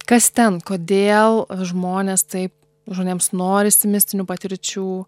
kas ten kodėl žmonės taip žmonėms norisi mistinių patirčių